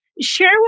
Share